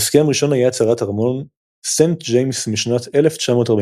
הסכם ראשון היה הצהרת ארמון סנט ג'יימס משנת 1941,